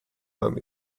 home